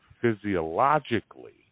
physiologically